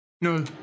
No